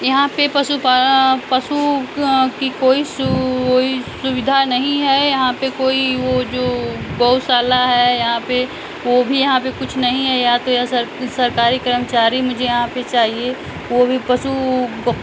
यहाँ पर पशु पा पशु की कोई सु कोई सुविधा नहीं है यहाँ पर कोई वो जो गौशाला है यहाँ पर वो भी यहाँ पर कुछ नहीं है या तो सरकारी कर्मचारी मुझे यहाँ पर चाहिए वो भी पशु